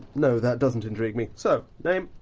no, that doesn't intrigue me, so name?